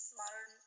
modern